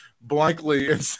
blankly